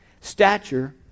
stature